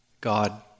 God